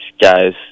guys